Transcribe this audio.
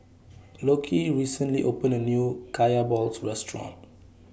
Lockie recently opened A New Kaya Balls Restaurant